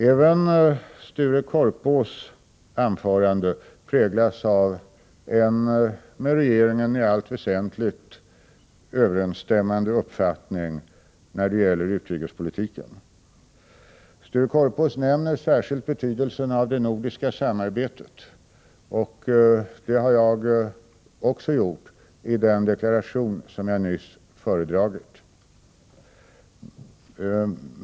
Även Sture Korpås anförande präglas av en med regeringens i allt väsentligt överensstämmande uppfattning när det gäller utrikespolitiken. Sture Korpås nämner särskilt betydelsen av det nordiska samarbetet, och det har jag också gjort i den deklaration som jag föredragit.